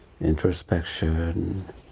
introspection